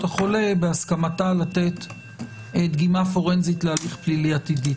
החולה בהסכמתה לתת דגימה פורנזית להליך פלילי עתידי.